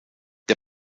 der